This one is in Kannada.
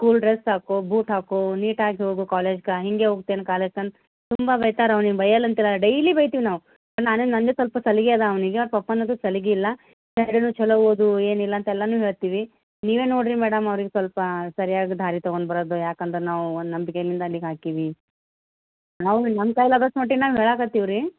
ಸ್ಕೂಲ್ ಡ್ರಸ್ಸ ಹಾಕೋ ಬೂಟ್ ಹಾಕೋ ನೀಟಾಗಿ ಹೋಗಿ ಕಾಲೇಜ್ಗಾ ಹೀಗೆ ಹೋಗ್ತಿ ಏನು ಕಾಲೇಜ್ಗೆ ಅಂತ ತುಂಬ ಬೈತಾರೆ ಅವನಿಗೆ ಬೈಯಲ್ಲ ಅಂತಲ್ಲ ಡೈಲಿ ಬೈತೀವಿ ನಾವು ನಾನೇ ನನ್ನದೆ ಸ್ವಲ್ಪ ಸಲಿಗೆ ಅದಾ ಅವನಿಗೆ ಅವ್ನ ಪಪ್ಪನದು ಸಲಿಗೆಯಿಲ್ಲ ಎಲ್ಲದು ಚಲೋ ಓದು ಏನಿಲ್ಲ ಅಂತೆಲ್ಲನು ಹೇಳ್ತೀವಿ ನೀವೇ ನೋಡ್ರಿ ಮೇಡಮ್ ಅವ್ನಿಗೆ ಸ್ವಲ್ಪ ಸರಿಯಾಗಿ ದಾರಿ ತಗೊಂಡು ಬರೋದು ಯಾಕಂದ್ರ ನಾವು ಒಂದು ನಂಬಿಕೆಯಿಂದ ಅಲ್ಲಿಗೆ ಹಾಕೀವಿ ನಾವು ನಮ್ಮ ಕೈಲಾದಷ್ಟು ಮಟ್ಟಿಗೆ ನಾವು ಹೇಳಾಕತ್ತೀವಿ ರೀ